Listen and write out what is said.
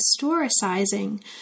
historicizing